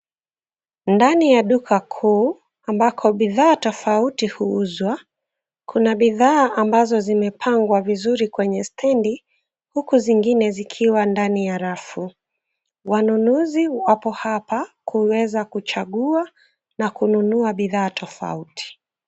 Ndani ya duka kuu, ambako bidhaa tofauti huuzwa, kuna bidhaa ambazo zimepangwa vizuri kwenye stendi, huku zingine zikiwa ndani ya rafu. Wanunuzi wapo hapa, kuweza kuchagua na kununua bidhaa tofauti.